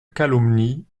calomnie